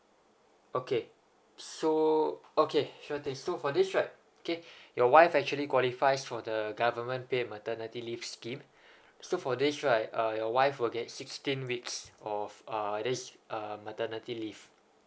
okay so okay sure thing so for this right okay your wife actually qualifies for the government paid maternity leave scheme so for this right uh your wife will get sixteen weeks of uh this maternity leave